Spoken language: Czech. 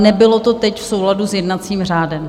Nebylo to teď v souladu s jednacím řádem.